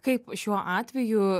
kaip šiuo atveju